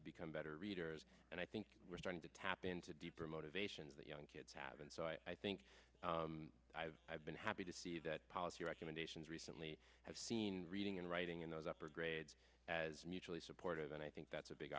to become better readers and i think we're starting to tap into deeper motivations that young kids have and so i think i've been happy to see that policy recommendations recently have seen reading and writing in those upper grades as mutually supportive and i think that's a big